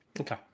Okay